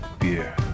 Beer